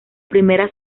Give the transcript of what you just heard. primera